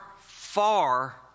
far